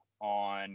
on